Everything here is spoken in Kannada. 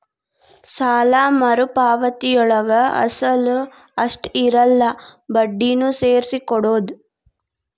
ಸಾಲ ಮರುಪಾವತಿಯೊಳಗ ಅಸಲ ಅಷ್ಟ ಇರಲ್ಲ ಬಡ್ಡಿನೂ ಸೇರ್ಸಿ ಕೊಡೋದ್